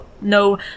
No